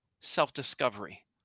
self-discovery